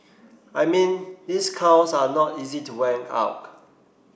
I mean these cows are not easy to out